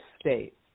state